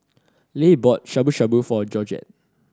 Leigh bought Shabu Shabu for Georgette